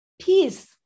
Peace